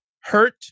hurt